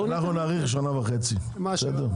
בואו --- אנחנו נאריך בשנה וחצי, בסדר?